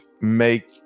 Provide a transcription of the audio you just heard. make